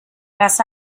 las